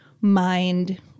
mind